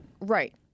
Right